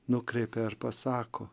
nukreipia ar pasako